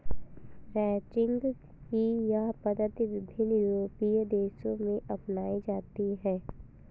ranching की यह पद्धति विभिन्न यूरोपीय देशों में अपनाई जाती है